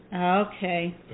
Okay